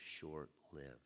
short-lived